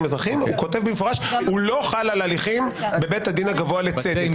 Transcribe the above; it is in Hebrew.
אזרחיים והוא כותב במפורש שהוא לא חל על הליכים בית הדין הגבוה לצדק.